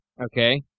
Okay